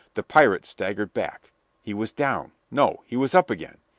the pirate staggered back he was down no he was up again.